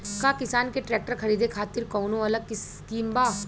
का किसान के ट्रैक्टर खरीदे खातिर कौनो अलग स्किम बा?